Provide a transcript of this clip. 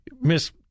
Miss